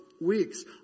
weeks